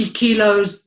kilos